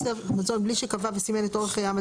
שנייה.